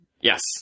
Yes